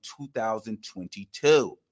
2022